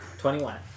21